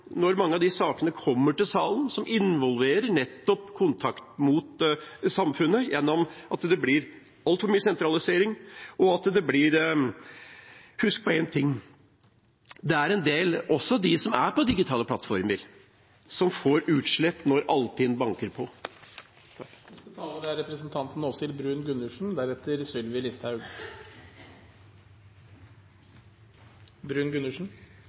når mange av de sakene kommer til salen som nettopp involverer kontakt med samfunnet, gjennom at det blir altfor mye sentralisering. Husk på én ting: Det er en del, også de som er på digitale plattformer, som får utslett når Altinn banker på.